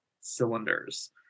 cylinders